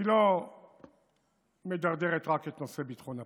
לא מדרדרת רק את נושא ביטחון הפנים.